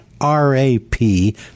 R-A-P